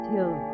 Till